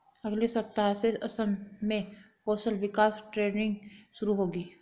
अगले सप्ताह से असम में कौशल विकास ट्रेनिंग शुरू होगी